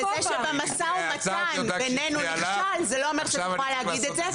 וזה שבמשא ומתן בינינו נכשל זה לא אומר שאת יכולה להגיד את זה.